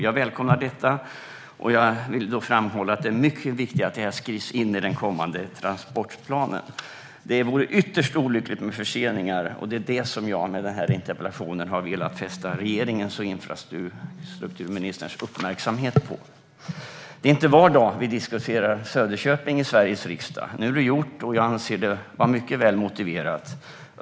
Jag välkomnar detta, och jag vill framhålla att det är mycket viktigt att det här skrivs in i den kommande transportplanen. Det vore ytterst olyckligt med förseningar, och det är det som jag med den här interpellationen har velat fästa regeringens och infrastrukturministerns uppmärksamhet på. Det är inte var dag vi diskuterar Söderköping i Sveriges riksdag. Nu är det gjort, och jag anser det vara mycket väl motiverat.